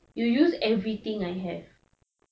you use everything I have